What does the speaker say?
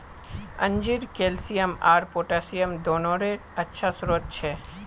अंजीर कैल्शियम आर पोटेशियम दोनोंरे अच्छा स्रोत छे